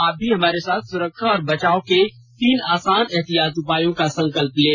आप भी हमारे साथ सुरक्षा और बचाव के तीन आसान एहतियाती उपायों का संकल्प लें